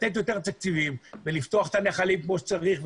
לתת יותר תקציבים ולפתוח את הנחלים כמו שצריך.